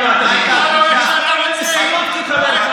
גם אתה היית בושה